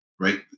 right